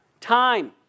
Time